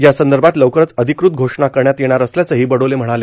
यासंदर्भात लवकरच अधिकृत घोषणा करण्यात येणार असल्याचंही बडोले म्हणाले